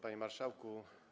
Panie Marszałku!